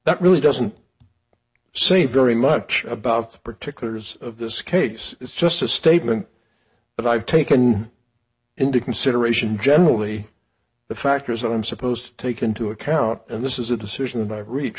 that really doesn't so you very much about the particulars of this case it's just a statement that i've taken into consideration generally the factors that i'm supposed to take into account this is a decision that reach